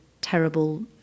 terrible